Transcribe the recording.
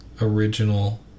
original